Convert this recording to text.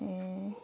ए